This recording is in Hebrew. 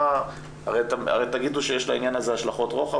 הרי תגידו שיש לעניין הזה השלכות רוחב,